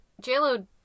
J-Lo